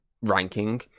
ranking